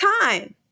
time